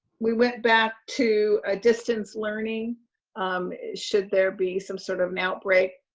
we went back to a distance learning should there be some sort of an outbreak,